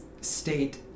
state